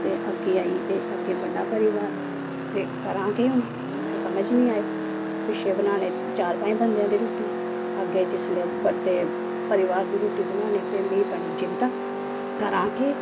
ते अग्गै आई ते अग्गै बड्डा परिवार ते करां केह् हुन उत्थै समझ नी आए पिच्छे बनाने चार पंज बंदे दी रूट्टी अग्गे जिसले बड्डे परिवार दी रूट्टी बनानी ते मिगी बनी गेई चिंता करां केह्